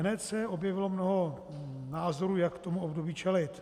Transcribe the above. Hned se objevilo mnoho názorů, jak tomu období čelit.